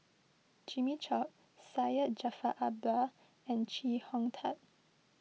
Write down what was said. Jimmy Chok Syed Jaafar Albar and Chee Hong Tat